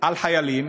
על חיילים.